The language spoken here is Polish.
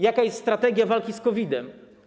Jaka jest strategia walki z COVID-em?